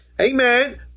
Amen